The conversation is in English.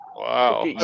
Wow